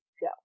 go